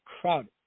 crowded